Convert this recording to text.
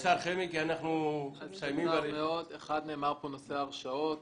נאמר כאן נושא ההרשעות.